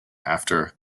after